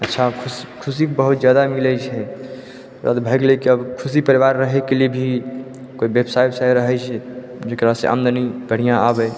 अच्छा खुश खुशी बहुत जादा मिलै छै ओकर बाद भए गेलै कि आब खुशी परिवार रहै के लियऽ भी कोइ व्यवसाय उव्साय भी रहै छै जकरा से आमदनी बढ़िऑं आबै